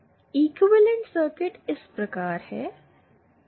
equivalent circuit इस प्रकार है